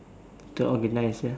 the organizer